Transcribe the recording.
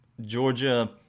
Georgia